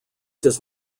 does